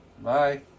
Bye